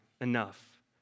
enough